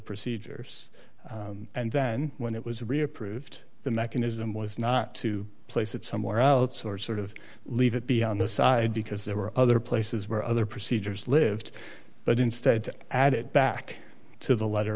procedures and then when it was really approved the mechanism was not to place it somewhere outsource sort of leave it be on the side because there were other places where other procedures lived but instead added back to the letter